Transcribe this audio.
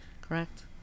Correct